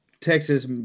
Texas